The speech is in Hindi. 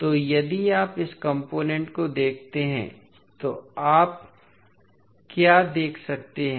तो यदि आप इस कॉम्पोनेन्ट को देखते हैं तो आप क्या देख सकते हैं